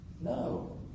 no